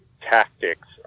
tactics